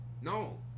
No